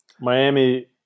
Miami